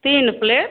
तीन प्लेट